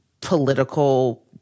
political